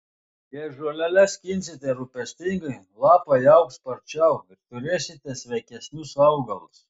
jei žoleles skinsite rūpestingai lapai augs sparčiau ir turėsite sveikesnius augalus